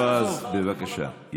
יועז, בבקשה.